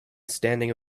standing